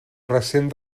recent